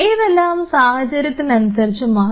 ഇതെല്ലാം സാഹചര്യത്തിനനുസരിച്ച് മാറും